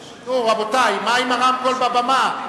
רבותי, מה עם הרמקול בבמה?